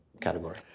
category